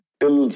till